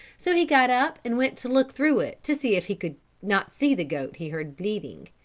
so he got up and went to look through it to see if he could not see the goat he heard bleating.